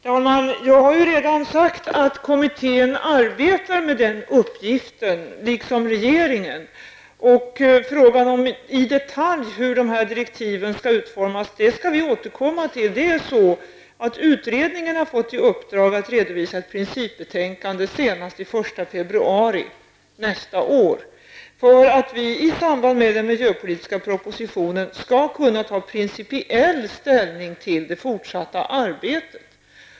Herr talman! Jag har redan sagt att kommittén liksom regeringen arbetar med den uppgiften. Frågan om hur dessa direktiv i detalj skall utformas skall vi återkomma till. Utredningen har fått i uppdrag att redovisa ett principbetänkande senast den 1 februari 1991. I samband med miljöpolitiska propositionen skall vi kunna ta principiell ställning till det fortsatta arbetet.